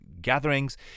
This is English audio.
gatherings